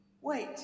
Wait